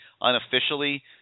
unofficially